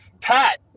Pat